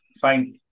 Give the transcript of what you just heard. fine